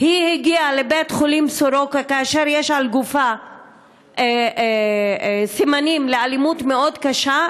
היא הגיעה לבית-החולים סורוקה כאשר על גופה סימנים לאלימות מאוד קשה,